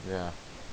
ya